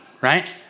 right